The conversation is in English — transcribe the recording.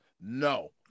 No